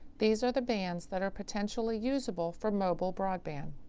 these are the bands that are potentially useable for mobile broadband.